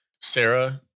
Sarah